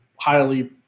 highly